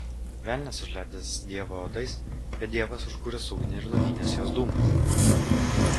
velnias užleidęs dievą uodais bet dievas užkūręs ugnį ir nuginęs juos dūmais